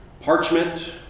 parchment